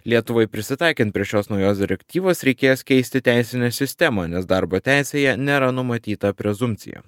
lietuvai prisitaikant prie šios naujos direktyvos reikės keisti teisinę sistemą nes darbo teisėje nėra numatyta prezumpcija